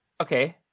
Okay